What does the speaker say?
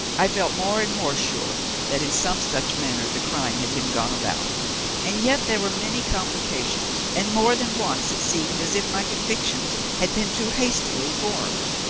i felt more and more sure that in some such manner the crime had been gone about and yet there were many complications, and more than once it seemed as if my convictions had been too hastily formed.